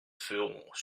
ferons